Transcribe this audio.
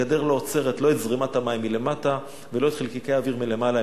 הגדר לא עוצרת לא את זרימת המים מלמטה ולא את חלקיקי האוויר מלמעלה,